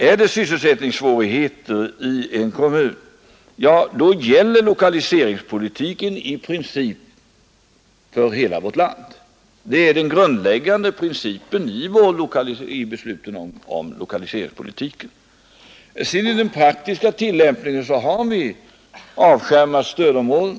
Är det sysselsättningssvårigheter i en kommun, då gäller lokaliseringspolitiken i princip, oavsett var i landet kommunen är belägen. Det är den grundläggande principen i lokaliseringspolitiken. I den praktiska tillämpningen har vi avskärmat stödområdet.